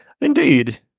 Indeed